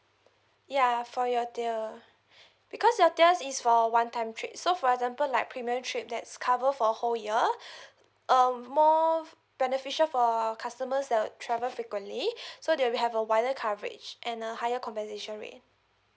ya for your tier because your tier is for one time trip so for example like premium trip that's cover for whole year um more beneficial for our customers that travel frequently so there we have a wider coverage and a higher compensation rate